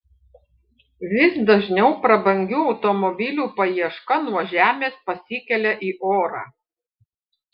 vis dažniau prabangių automobilių paieška nuo žemės pasikelia į orą